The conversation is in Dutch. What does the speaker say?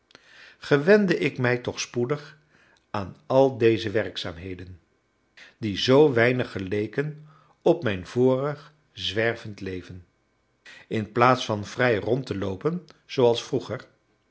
gewende ik mij toch spoedig aan al deze werkzaamheden die zoo weinig geleken op mijn vorig zwervend leven inplaats van vrij rond te loopen zooals vroeger